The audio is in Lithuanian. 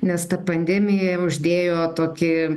nes ta pandemija uždėjo tokį